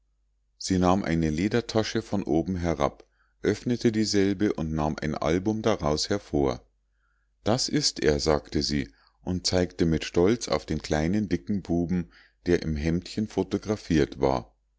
sie nahm eine ledertasche von oben herab öffnete dieselbe und nahm ein album daraus hervor das ist er sagte sie und zeigte mit stolz auf einen kleinen dicken buben der im hemdchen photographiert war